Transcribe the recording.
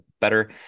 better